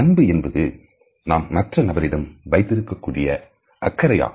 அன்பு என்பது நாம் மற்ற நபரிடம் வைத்திருக்கக்கூடிய அக்கரையாகும்